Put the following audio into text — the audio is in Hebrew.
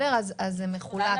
אז זה מחולק.